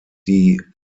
die